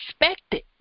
expected